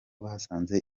basanze